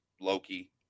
loki